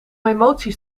emoties